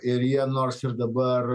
ir jie nors ir dabar